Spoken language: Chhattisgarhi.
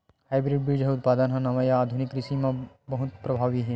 हाइब्रिड बीज उत्पादन हा नवा या आधुनिक कृषि मा बहुत प्रभावी हे